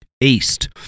east